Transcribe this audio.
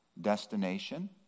destination